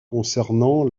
concernant